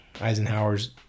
Eisenhower's